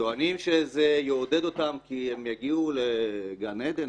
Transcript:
וטוענים שזה יעודד אותם כי הם יגיעו לגן עדן,